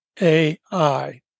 AI